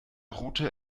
route